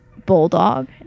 bulldog